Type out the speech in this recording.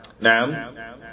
now